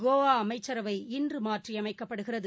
கோவாஅமைச்சரவை இன்றுமாற்றியமைக்கப்படுகிறது